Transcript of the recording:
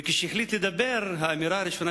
וכשהחליט לדבר, האמירה הראשונה